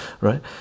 right